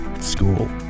school